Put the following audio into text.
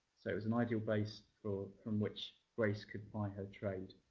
so it was an ideal base so from which grace could ply her trade.